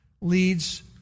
leads